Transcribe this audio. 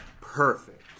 Perfect